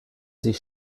sich